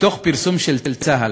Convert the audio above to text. מתוך פרסום של צה"ל: